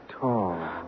tall